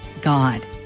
God